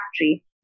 factory